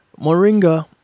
Moringa